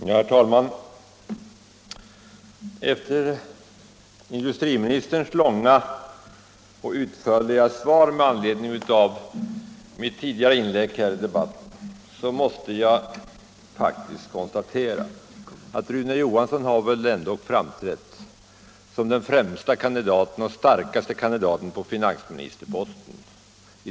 Herr talman! Efter industriministerns långa och utförliga svar med anledning av mitt tidigare inlägg här i debatten måste jag konstatera att Rune Johansson väl ändå har framträtt som den främste och starkaste kandidaten till finansministerposten.